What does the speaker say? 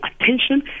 attention